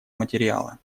материала